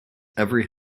every